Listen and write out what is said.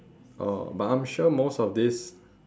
oh but I'm sure most of this